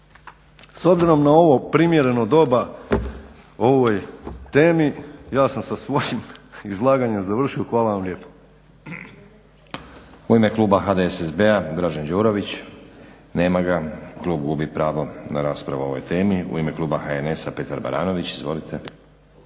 obzirom na ovo primjereno doba o ovoj temi ja sam sa svojim izlaganjem završio. Hvala vam lijepo.